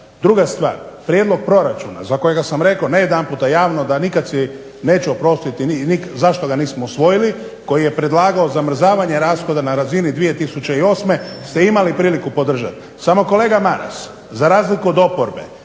Druga stvar. Prijedlog proračuna za kojega sam rekao ne jedanputa javno da nikad si neću oprostiti zašto ga nismo usvojili, koji je predlagao zamrzavanje rashoda na razini 2008. ste imali priliku podržati. Samo kolega Maras, za razliku od oporbe,